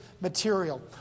material